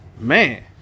man